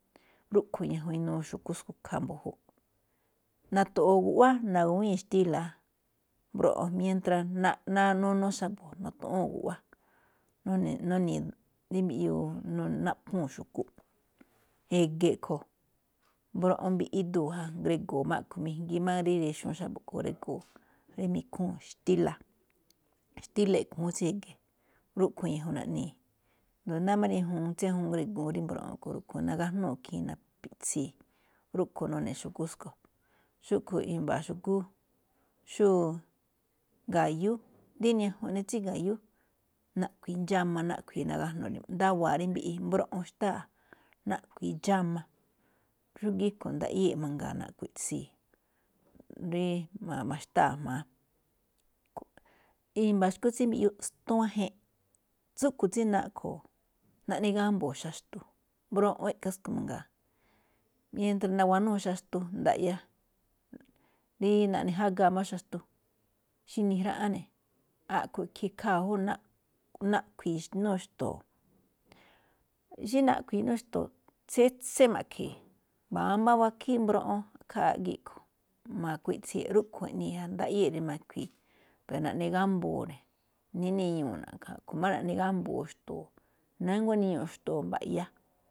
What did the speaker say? Rúꞌkhue̱n ñajun inuu xu̱kú tsúꞌkhue̱n ikhaa mbu̱júꞌ. Na̱to̱ꞌo̱o̱ guꞌwáá, na̱gu̱wíi̱n xtíla̱, mbroꞌon mientra, nanu xa̱bo̱, nunu xa̱bo̱, nu̱tu̱ꞌúu̱n guꞌwá, nuni̱i̱, nuni̱i̱ rí mbiꞌyuu, naꞌphuu̱n xu̱kú, e̱ge̱ a̱ꞌkhue̱n mbroꞌon mbiꞌi iduu̱ ja, ngrego̱o̱ máꞌ a̱ꞌkhue̱n mijngi má rí rixu̱ún xa̱bo̱ ngrigo̱o̱, rí mi̱khúu̱n xtíla̱, xtíla̱ iꞌkhu̱ún tsí e̱ge̱, rúꞌkhue̱n ñajun naꞌnii̱, asndo náá máꞌ tsí ñajuun ngrigo̱o̱ rí mbroꞌon a̱ꞌkhue̱n nagájnúu̱n ikhii̱n napiꞌtsii̱. Rúꞌkhuen nune̱ xu̱kú tsúꞌkhue̱n. Xúꞌkhue̱n i̱mba̱a̱ xu̱kú xóo ga̱yú dí ni ñajuun eꞌne tsí ga̱yú, naꞌkhui̱i̱ ndxáma ná wájon ne̱, ndawa̱a̱ rí mbiꞌi, mbroꞌon xtáa̱, naꞌkhui̱i̱ ndxáma, xúgíí rúꞌkhue̱n ndaꞌyée̱ꞌ mangaa̱, nakuiꞌtsii̱, rí ma̱xtáa̱ jma̱á. i̱mba̱a̱ xu̱kú tsí mbiꞌyuu xtuájen, tsúꞌkue̱n tsí naꞌkho̱ naꞌne gámbo̱o̱ xaxtu, mbroꞌon i̱ꞌkha̱ tsúꞌkhue̱n mangaa, mientra nawanúu xaxtu ndaꞌya, rií naꞌne jagaa máꞌ xaxtu, xí nijraꞌán ne̱. A̱ꞌkhue̱n i̱ꞌkhe̱e̱ ikhaa̱ jú naꞌkhui̱i̱ inúu xto̱o̱, xí naꞌkhi̱i̱ inúu xto̱o̱, tseꞌtse ma̱ꞌkhe̱e̱, mbámbá wakhíí o mbroꞌon khaa̱ꞌ gíꞌ a̱ꞌkhue̱n, ma̱kuiꞌtsii̱ rúꞌkhuie̱n iꞌnii̱ ja ndaꞌyée̱ rí mi̱khui̱i̱, pero naꞌne gámbo̱o̱ ne̱, níniñuu̱, na̱ꞌkha̱ máꞌ raꞌne gámbo̱o̱ xto̱o̱. Nánguá iniñuu̱ xto̱o̱ mba̱ꞌya.